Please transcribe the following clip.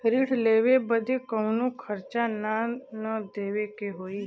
ऋण लेवे बदे कउनो खर्चा ना न देवे के होई?